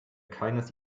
keines